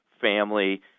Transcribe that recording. family